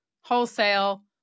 wholesale